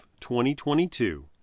2022